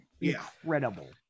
Incredible